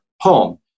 home